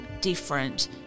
different